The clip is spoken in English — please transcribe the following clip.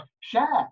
share